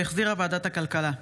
שהחזירה ועדת הכלכלה.